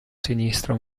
sinistra